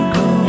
go